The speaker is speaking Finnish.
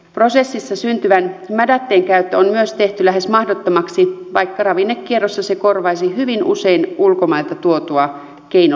prosessissa syntyvän mädätteen käyttö on myös tehty lähes mahdottomaksi vaikka ravinnekierrossa se korvaisi hyvin usein ulkomailta tuotua keinolannoitetta